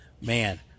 Man